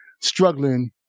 struggling